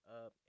up